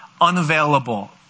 unavailable